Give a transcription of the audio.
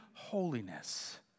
holiness